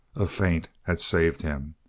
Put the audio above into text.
a feint had saved him,